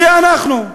זה אנחנו,